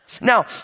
Now